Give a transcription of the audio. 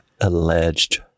Alleged